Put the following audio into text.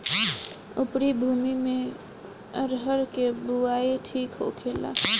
उपरी भूमी में अरहर के बुआई ठीक होखेला?